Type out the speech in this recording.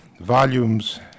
volumes